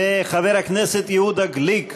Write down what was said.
חבר הכנסת יהודה גליק,